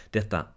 Detta